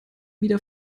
wieder